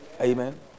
Amen